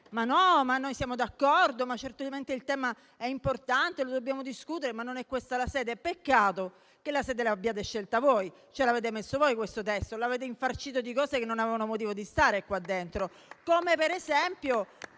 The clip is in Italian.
a dire: ma noi siamo d'accordo; certamente il tema è importante e lo dobbiamo discutere, ma non è questa la sede per farlo. Peccato che la sede l'abbiate scelta voi; che lo abbiate messo voi questo testo; che l'abbiate infarcito voi di cose che non avevano motivo di starvi dentro